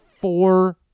four